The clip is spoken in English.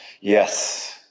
yes